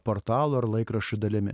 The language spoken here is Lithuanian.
portalų ar laikraščių dalimi